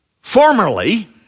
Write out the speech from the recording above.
Formerly